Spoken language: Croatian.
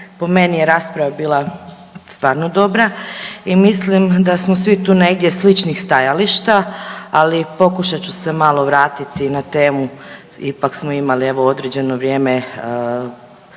Po meni je rasprava bila stvarno dobra i mislim da smo svi tu negdje sličnih stajališta. Ali pokušat ću se malo vratiti na temu, ipak smo imali evo određeno vrijeme